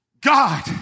God